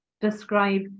describe